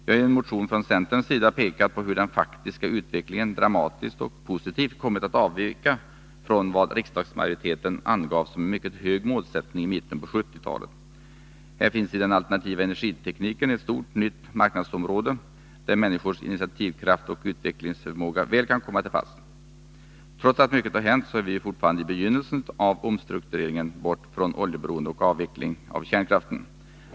Vi har i en motion från centerns sida pekat på hur den faktiska utvecklingen dramatiskt och positivt kommit att avvika från vad riksdagsmajoriteten angav som en mycket hög målsättning i mitten av 1970-talet. Här finns i den alternativa energitekniken ett stort nytt marknadsområde, där människors initiativkraft och utvecklingsförmåga kan komma väl till pass. Trots att mycket har hänt är vi fortfarande i begynnelsen av omstruktureringen, bort från oljeberoendet och mot en avveckling av kärnkraften.